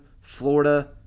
Florida